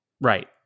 Right